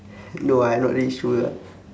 no ah I not really sure ah